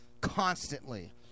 constantly